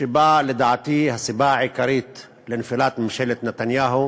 שבה, לדעתי, הסיבה העיקרית לנפילת ממשלת נתניהו